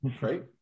Right